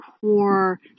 core